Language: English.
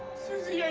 suzy yeah